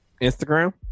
Instagram